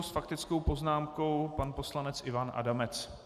S faktickou poznámkou pan poslanec Ivan Adamec.